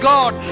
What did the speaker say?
God